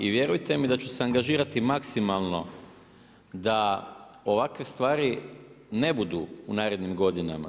I vjerujte mi da ću se angažirati maksimalno da ovakve stvari ne budu u narednim godinama.